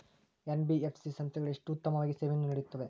NBFC ಸಂಸ್ಥೆಗಳು ಎಷ್ಟು ಉತ್ತಮವಾಗಿ ಸೇವೆಯನ್ನು ನೇಡುತ್ತವೆ?